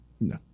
No